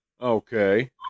Okay